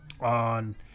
on